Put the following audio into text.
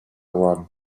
one